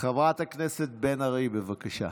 חברת הכנסת בן ארי, בבקשה.